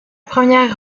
première